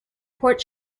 port